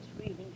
reading